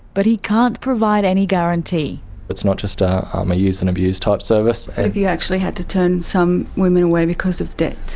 but he can't provide any guarantee it's not just a um use and abuse type service. have you actually had to turn women away because of debt?